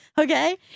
Okay